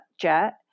jet